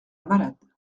malade